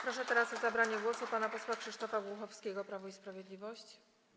Proszę teraz o zabranie głosu pana posła Krzysztofa Głuchowskiego, Prawo i Sprawiedliwość.